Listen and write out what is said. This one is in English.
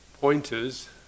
pointers